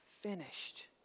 finished